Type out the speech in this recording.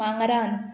मांगरान